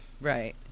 Right